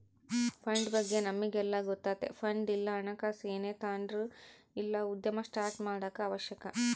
fund ಬಗ್ಗೆ ನಮಿಗೆಲ್ಲ ಗೊತ್ತತೆ ಫಂಡ್ ಇಲ್ಲ ಹಣಕಾಸು ಏನೇ ತಾಂಡ್ರು ಇಲ್ಲ ಉದ್ಯಮ ಸ್ಟಾರ್ಟ್ ಮಾಡಾಕ ಅವಶ್ಯಕ